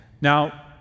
Now